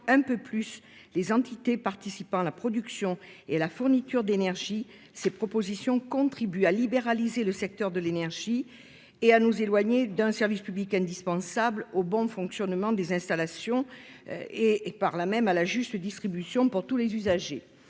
un peu plus les entités participant à la production et à la fourniture d'énergie une telle disposition contribue à libéraliser le secteur de l'énergie et à nous éloigner d'un service public indispensable au bon fonctionnement des installations et, partant, à une juste distribution pour tous les usagers.